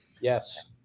yes